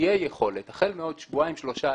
תהיה יכולת לבדוק החל מעוד שבועיים שלושה,